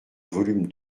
volume